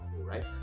right